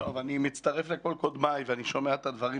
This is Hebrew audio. אני מצטרף לכל קודמיי ואני שומע את הדברים,